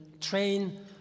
train